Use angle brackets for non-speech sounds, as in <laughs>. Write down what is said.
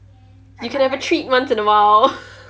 you can have a treat once in a while <laughs>